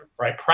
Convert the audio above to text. right